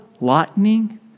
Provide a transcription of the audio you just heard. lightning